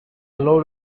load